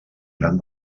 gran